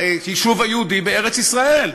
ליישוב היהודי בארץ-ישראל,